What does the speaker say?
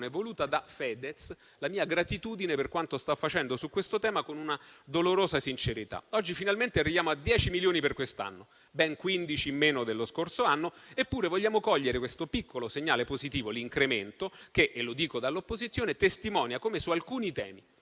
voluta da Fedez, cui va la mia gratitudine per quanto sta facendo su questo tema con una dolorosa sincerità. Oggi, finalmente, arriviamo a 10 milioni per quest'anno, ben 15 meno dello scorso anno. Vogliamo cogliere però questo piccolo segnale positivo, questo incremento, che - dico dall'opposizione - testimonia come su alcuni temi,